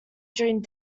during